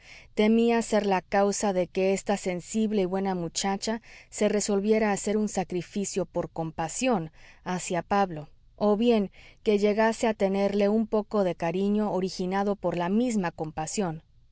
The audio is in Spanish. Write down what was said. temía ser la causa de que esta sensible y buena muchacha se resolviera a hacer un sacrificio por compasión hacia pablo o bien que llegase a tenerle un poco de cariño originado por la misma compasión